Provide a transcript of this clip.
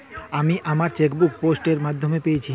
আমি আমার chequebook post এর মাধ্যমে পেয়েছি